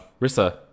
Rissa